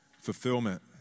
fulfillment